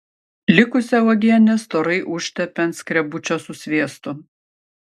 likusią uogienę storai užtepė ant skrebučio su sviestu